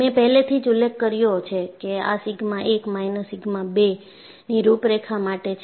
મેં પહેલેથી જ ઉલ્લેખ કર્યો છે કે આ સિગ્મા 1 માઈનસ સિગ્મા 2 ની રૂપરેખા માટે છે